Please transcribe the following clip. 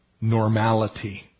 normality